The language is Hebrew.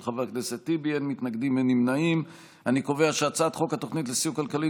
חבר הכנסת טיבי, אתה רוצה שנוסיף גם אותך להצבעה?